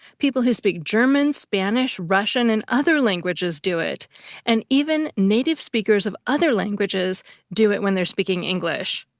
people who speak german, spanish, russian, and other languages do it and even native speakers of other languages do it when they're speaking english.